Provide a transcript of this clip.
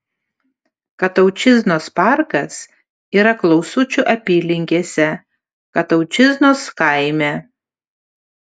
kataučiznos parkas yra klausučių apylinkėse kataučiznos kaime